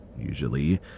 Usually